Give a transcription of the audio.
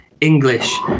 english